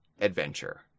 adventure